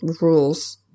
rules